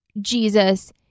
Jesus